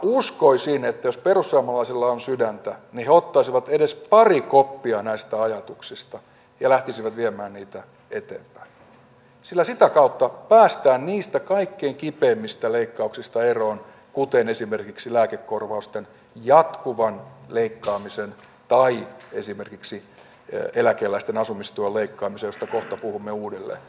uskoisin että jos perussuomalaisilla on sydäntä niin he ottaisivat edes pari koppia näistä ajatuksista ja lähtisivät viemään niitä eteenpäin sillä sitä kautta päästään niistä kaikkein kipeimmistä leikkauksista eroon kuten esimerkiksi lääkekorvausten jatkuvasta leikkaamisesta tai esimerkiksi eläkeläisten asumistuen leikkaamisesta josta kohta puhumme uudelleen